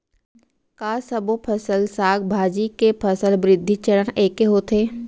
का सबो फसल, साग भाजी के फसल वृद्धि चरण ऐके होथे?